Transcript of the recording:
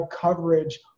coverage